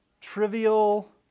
trivial